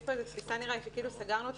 יש פה איזושהי תפיסה כשאילו סגרנו את